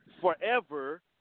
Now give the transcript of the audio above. Forever